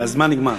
והזמן נגמר.